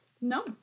No